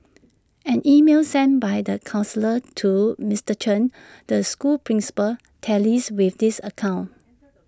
an email sent by the counsellor to Mister Chen the school's principal tallies with this account